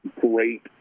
great